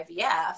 IVF